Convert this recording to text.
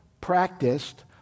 practiced